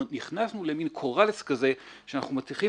נכנסנו למן קורלס כזה שאנחנו מצליחים